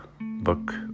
book